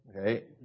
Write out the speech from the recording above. Okay